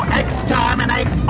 exterminate